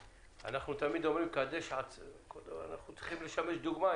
אנחנו אומרים תמיד צריך לשמש דוגמה.